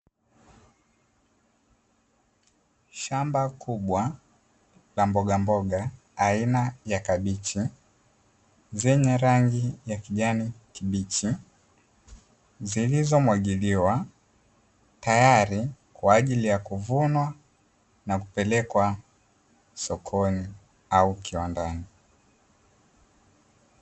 Shamba kubwa la mbogamboga aina ya kabichi zenye rangi ya kijani kibichi, zilizomwagiliwa tayari kwa ajili ya kuvunwa na kupelekwa sokoni au kiwandani.